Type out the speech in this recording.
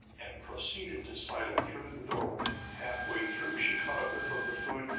and proceeded to sidle through the doorway. half-way through she caught a whiff of the food,